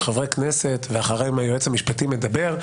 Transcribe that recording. חברי הכנסת מדברים ואחריהם היועץ המשפטי מדבר.